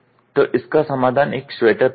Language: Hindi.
तो इसका समाधान एक स्वेटर पहनना है